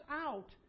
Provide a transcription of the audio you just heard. out